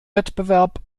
wettbewerb